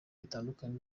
bitandukanye